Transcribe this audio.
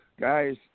guys